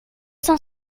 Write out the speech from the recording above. cent